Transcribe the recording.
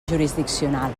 jurisdiccional